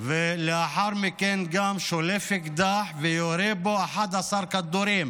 ולאחר מכן שלף אקדח וירה בו 11 כדורים.